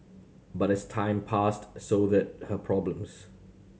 but as time passed so did her problems